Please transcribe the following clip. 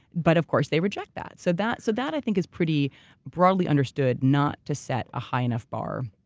but of course they reject that. so that so that i think is pretty broadly understood not to set a high enough bar.